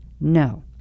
No